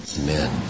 Amen